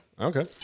okay